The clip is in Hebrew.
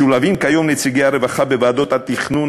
משולבים כיום נציגי הרווחה בוועדות התכנון